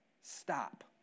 Stop